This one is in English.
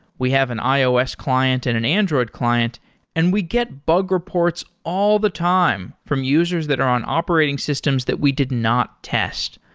we have an ios client and an android client and we get bug reports all the time from users that are on operating systems that we did not test.